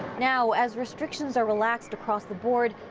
now, as restrictions are relaxed across the board,